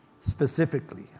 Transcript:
specifically